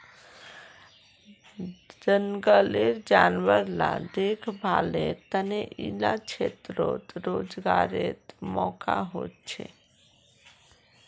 जनगलेर जानवर ला देख्भालेर तने इला क्षेत्रोत रोज्गारेर मौक़ा होछे